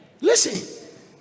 listen